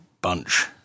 Bunch